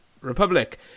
Republic